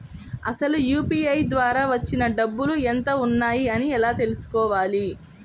అసలు యూ.పీ.ఐ ద్వార వచ్చిన డబ్బులు ఎంత వున్నాయి అని ఎలా తెలుసుకోవాలి?